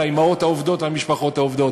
לאימהות העובדות ולמשפחות העובדות.